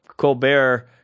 Colbert